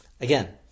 Again